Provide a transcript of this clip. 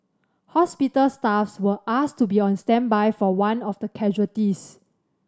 hospital staffs were asked to be on standby for one of the casualties